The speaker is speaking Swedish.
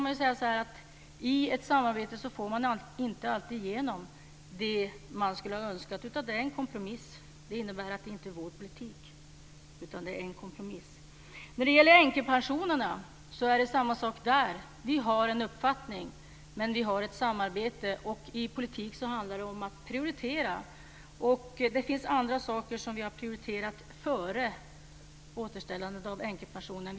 I ett samarbete får man inte alltid igenom det man önskar. Det blir en kompromiss. Det innebär att detta inte är vår politik utan en kompromiss. Det är samma sak med änkepensionerna. Vi har en uppfattning, men vi har ett samarbete. Det handlar om att prioritera i politiken. Vi har prioriterat andra saker före återställandet av änkepensionen.